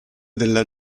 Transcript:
della